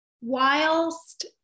whilst